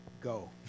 go